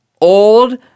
old